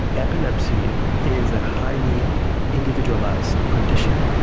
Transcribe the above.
epilepsy is a highly individualised condition.